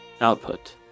Output